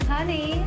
Honey